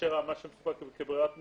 מאשר מה שמסופק כברירת מחדל,